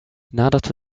nadat